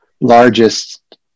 largest